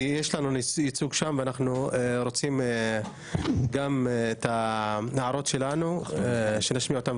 כי יש לנו ייצוג שם ואנחנו רוצים להשמיע גם את ההערות שלנו בוועדה.